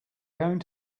going